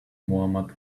mohammad